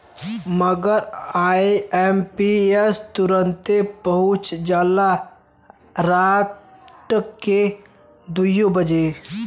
मगर आई.एम.पी.एस तुरन्ते पहुच जाला राट के दुइयो बजे